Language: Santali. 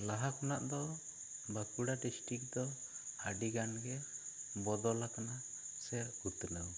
ᱞᱟᱦᱟ ᱠᱷᱚᱱᱟᱜ ᱫᱚ ᱵᱟᱸᱠᱩᱲᱟ ᱰᱤᱥᱴᱤᱠ ᱫᱚ ᱟᱹᱰᱤ ᱜᱟᱱ ᱜᱮ ᱵᱚᱫᱚᱞ ᱟᱠᱟᱱᱟ ᱥᱮ ᱩᱛᱱᱟᱹᱣ ᱟᱠᱟᱱᱟ